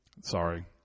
sorry